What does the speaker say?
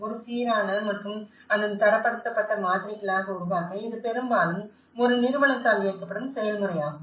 ஒரு சீரான மற்றும் அதன் தரப்படுத்தப்பட்ட மாதிரிகளாக உருவாக்க இது பெரும்பாலும் ஒரு நிறுவனத்தால் இயக்கப்படும் செயல்முறையாகும்